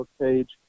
page